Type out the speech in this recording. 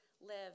live